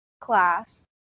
class